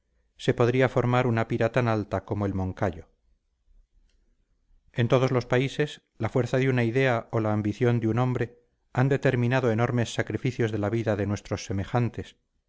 se podría formar una pira tan alta como el moncayo en todos los países la fuerza de una idea o la ambición de un hombre han determinado enormes sacrificios de la vida de nuestros semejantes